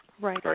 Right